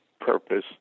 purpose